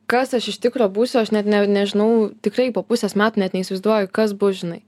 kas aš iš tikro būsiu aš net nežinau tikrai po pusės metų net neįsivaizduoju kas bus žinai